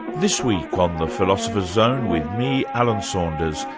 this week on the philosopher's zone with me, alan saunders,